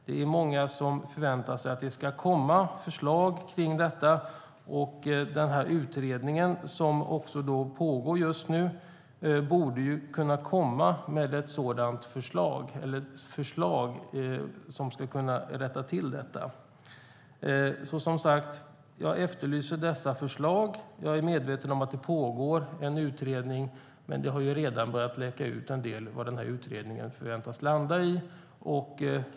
Det är många som förväntar sig att det ska komma förslag kring detta. Utredningen som pågår just nu borde kunna komma med ett förslag som kan rätta till det. Jag efterlyser, som sagt, dessa förslag. Jag är medveten om att en utredning pågår, men det har redan börjat läcka ut en del om vad utredningen förväntas landa i.